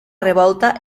revolta